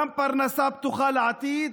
גם פרנסה בטוחה לעתיד,